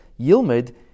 Yilmid